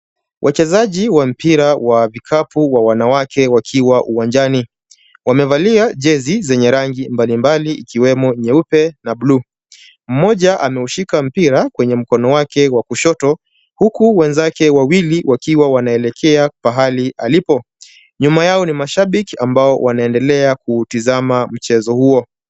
Wachezaji wa mpira wa vikapu wa wanawake wakiwa uwanjani, wamevalia jezi zenye rangi mbalimbali ikiwemo nyeupe na bluu. Mmoja ameushika mpira kwenye mkono wake wa kushoto huku wenzake wawili wakiwa wanaelekea pahali alipo. Nyuma yao ni mashabiki ambao wanaendelea kuutizama mchezo huo.